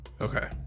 Okay